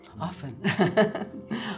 Often